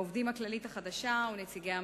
העובדים הכללית החדשה ונציגי הממשלה.